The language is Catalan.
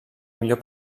millor